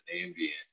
ambient